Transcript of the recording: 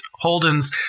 Holden's